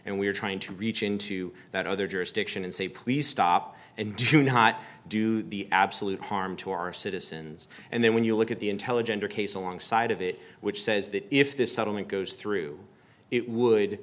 and we're trying to reach into that other jurisdiction and say please stop and do you not do the absolute harm to our citizens and then when you look at the intelligencia case alongside of it which says that if this settlement goes through it would